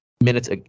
minutes